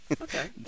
Okay